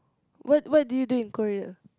what what did you do in Korea